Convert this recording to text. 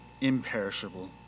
imperishable